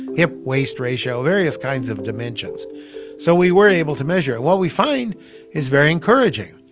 hip-waist ratio, various kinds of dimensions so we were able to measure, and what we find is very encouraging.